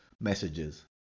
messages